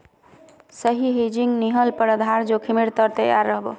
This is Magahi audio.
सही हेजिंग नी ह ल पर आधार जोखीमेर त न तैयार रह बो